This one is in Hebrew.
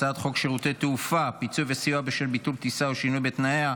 הצעת חוק שירותי תעופה (פיצוי וסיוע בשל ביטול טיסה או שינוי בתנאיה)